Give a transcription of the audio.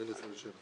בזמנו